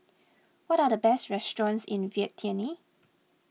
what are the best restaurants in Vientiane